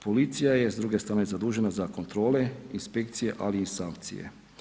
Policija je, s druge strane, zadužena za kontrole i inspekcije, ali i sankcije.